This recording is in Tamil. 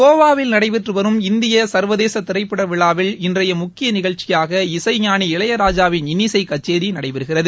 கோவாவில் நடைபெற்று வரும் இந்திய சுள்வதேச திரைப்பட விழாவில் இன்றைய முக்கிய நிகழ்ச்சியாக இசைஞானி இளையராஜாவின் இன்னிசை கச்சேரி நடைபெறுகிறது